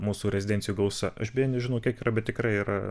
mūsų rezidencijų gausa aš beje nežinau kiek yra bet tikrai yra